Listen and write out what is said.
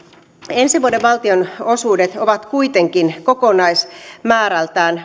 ensi vuoden vuoden kaksituhattaseitsemäntoista valtionosuudet ovat kuitenkin kokonaismäärältään